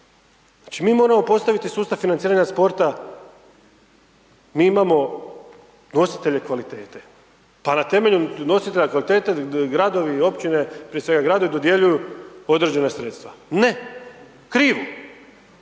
mi moramo postaviti sustav financiranja sporta, mi imao nositelje kvalitete, pa na temelju nositelja kvalitete gradovi i općine, prije svega gradovi dodjeljuju određena sredstva. Ne, krivo,